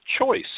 choice